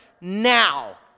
now